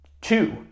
Two